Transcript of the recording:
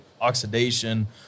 oxidation